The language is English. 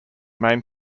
main